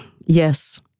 Yes